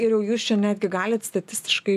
ir jau jūs čia netgi galit statistiškai